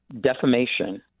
defamation